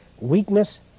weakness